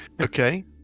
Okay